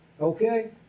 Okay